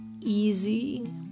easy